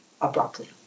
abruptly